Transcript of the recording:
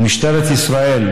ומשטרת ישראל,